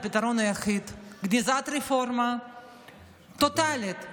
הפתרון היחיד הוא גניזת הרפורמה בצורה טוטלית,